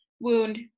wound